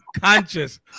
conscious